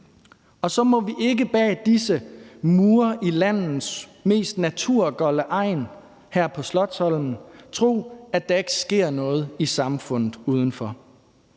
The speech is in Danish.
Og så må vi ikke bag disse mure i landets mest naturgolde egn her på Slotsholmen tro, at der ikke sker noget i samfundet udenfor.